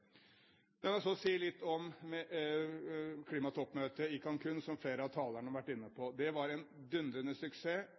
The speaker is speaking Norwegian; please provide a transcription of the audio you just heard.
La meg så si litt om klimatoppmøtet i Cancún, som flere av talerne har vært inne på.